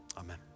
amen